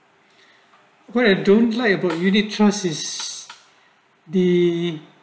where I don't label unit trust is the